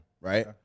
right